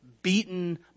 beaten